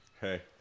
Hey